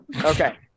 Okay